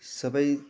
सबै